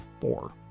four